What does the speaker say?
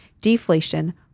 deflation